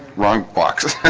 wrong boxes